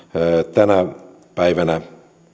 tänä päivänä